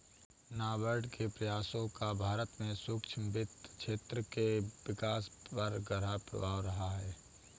नाबार्ड के प्रयासों का भारत के सूक्ष्म वित्त क्षेत्र के विकास पर गहरा प्रभाव रहा है